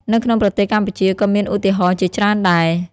នៅក្នុងប្រទេសកម្ពុជាក៏មានឧទាហរណ៍ជាច្រើនដែរ។